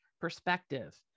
perspective